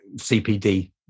CPD